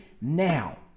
Now